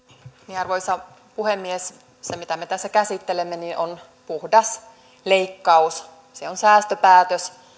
arvoisa puhemies se mitä me tässä käsittelemme on puhdas leikkaus se on säästöpäätös